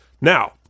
Now